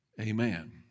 Amen